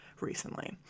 recently